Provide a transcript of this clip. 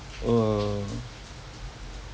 uh